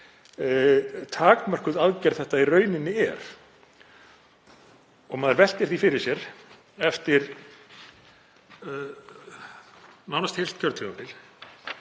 takmörkuð aðgerð þetta í rauninni er. Maður veltir því fyrir sér eftir nánast heilt kjörtímabil